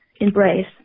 embrace